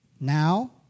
Now